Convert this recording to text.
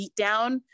beatdown